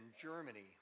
Germany